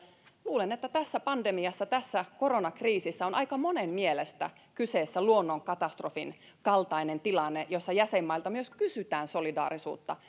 luulen että tässä pandemiassa tässä koronakriisissä on aika monen mielestä kyseessä luonnonkatastrofin kaltainen tilanne jossa jäsenmailta myös kysytään solidaarisuutta